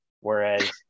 whereas